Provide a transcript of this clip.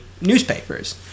newspapers